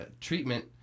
treatment